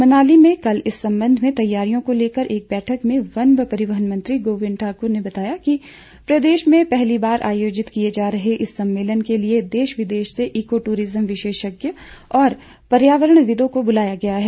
मनाली में कल इस संबंध में तैयारियों को लेकर एक बैठक में वन व परिवहन मंत्री गोविंद ठाक्र ने बताया कि प्रदेश में पहली बार आयोजित किए जा रहे इस सम्मेलन के लिए देश विदेश के ईको ट्ररिज्म विशेषज्ञ और पर्यावरणविदों को बुलाया गया है